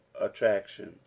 attraction